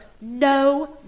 no